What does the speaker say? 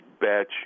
batch